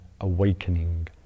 awakening